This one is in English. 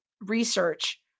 research